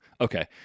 Okay